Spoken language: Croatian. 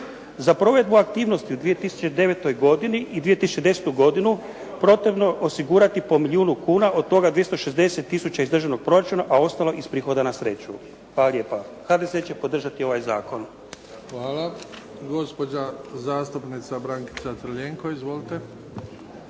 Za provedbu aktivnosti u 2009. godini i 2010. godinu potrebno je osigurati po milijun kuna, od toga 260 tisuća iz državnog proračuna, a ostalo iz prihoda na sreću. Hvala lijepa. HDZ će podržati ovaj zakon. **Bebić, Luka (HDZ)** Hvala. Gospođa zastupnica Brankica Crljenko. Izvolite.